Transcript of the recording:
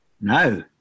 No